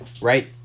right